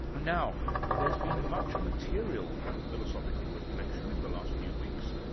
now there's been much material for philosophical reflection in the last few weeks,